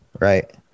right